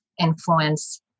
influence